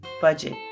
budget